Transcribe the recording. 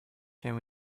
can